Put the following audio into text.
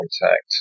contact